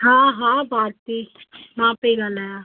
हा हा भारती मां पई ॻाल्हायां